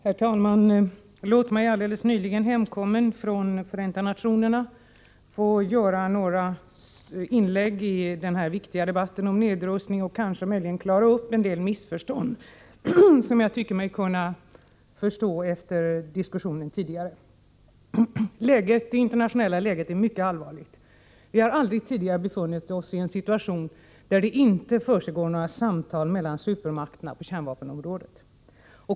Herr talman! Låt mig alldeles nyligen hemkommen från Förenta nationerna få göra några inlägg i denna viktiga debatt om nedrustning och kanske klara upp en del missförstånd som jag efter att ha lyssnat på den tidigare diskussionen tycker mig ha märkt föreligger. Det internationella läget är mycket allvarligt. Vi har aldrig tidigare befunnit oss i en situation där det inte försiggår några samtal mellan supermakterna på kärnvapenområdet.